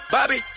Bobby